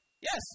yes